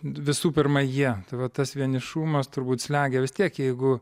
visų pirma jie tai va tas vienišumas turbūt slegia vis tiek jeigu